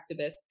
activists